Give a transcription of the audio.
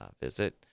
visit